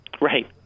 Right